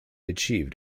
achieved